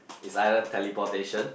is either teleportation